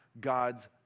God's